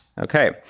Okay